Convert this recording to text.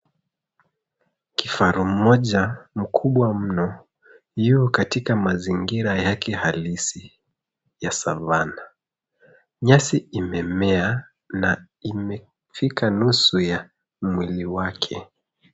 Kifaru mmoja mkubwa mno yu katika mazingira yake halisi ya Savana. Nyasi imemea na imefika nusu ya mwili wake.